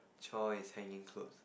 chore is hanging clothes